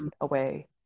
away